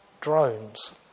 drones